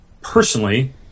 personally